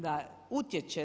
Da utječe.